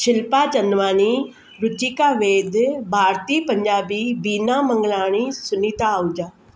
Shilpa Chandwani Ruchika Ved Bharti Punjabi Bina Mangalani Sunita Ahuja